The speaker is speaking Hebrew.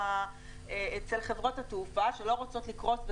אצל חברות התעופה שלא רוצות לקרוס,